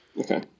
Okay